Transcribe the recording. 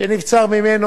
שנבצר ממנו,